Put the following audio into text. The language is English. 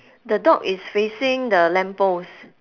the dog is facing the lamp post